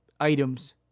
items